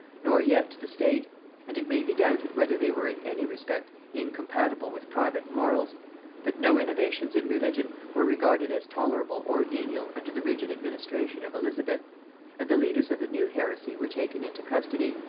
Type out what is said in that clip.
nor yet to the state and it may be doubted whether they were in any respect incompatible with private morals but no innovations in religion were regarded as tolerable or venial under the rigid administration of elizabeth and the leaders of the new heresy were taken into custody,